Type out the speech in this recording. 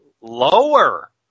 lower